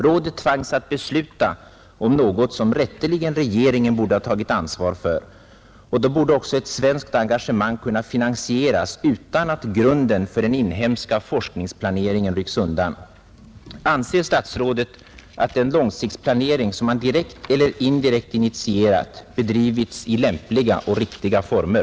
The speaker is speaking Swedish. Rådet tvingades att besluta om något som regeringen rätteligen borde ha tagit ansvar för, och då borde också ett svenskt engagemang ha kunnat finansieras utan att grunden för den inhemska forskningsplaneringen rycktes undan. Anser verkligen statsrådet att den långtidsplanering han direkt eller indirekt initierat bedrivits i lämpliga och riktiga former?